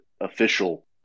official